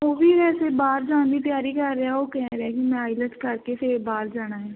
ਉਹ ਵੀ ਵੈਸੇ ਬਾਹਰ ਜਾਣ ਦੀ ਤਿਆਰੀ ਕਰ ਰਿਹਾ ਉਹ ਕਹਿ ਰਿਹਾ ਕਿ ਮੈਂ ਆਈਲੈਟਸ ਕਰਕੇ ਫਿਰ ਬਾਹਰ ਜਾਣਾ ਏ